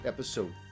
Episode